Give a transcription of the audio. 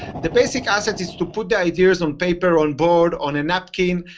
the basic asset is to put the ideas on paper, on board, on a napkin,